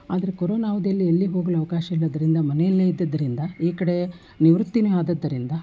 ಆದರೆ ಕೊರೋನ ಅವದಿಯಲ್ಲಿ ಎಲ್ಲಿ ಹೋಗಲು ಅವಕಾಶ ಇಲ್ಲದರಿಂದ ಮನೆಯಲ್ಲೇ ಇದ್ದುದರಿಂದ ಈ ಕಡೆ ನಿವೃತ್ತಿಯೇ ಆದುದರಿಂದ